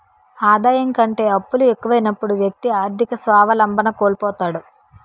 ఆదాయం కంటే అప్పులు ఎక్కువైనప్పుడు వ్యక్తి ఆర్థిక స్వావలంబన కోల్పోతాడు